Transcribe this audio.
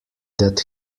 that